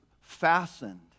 fastened